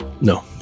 No